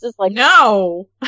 No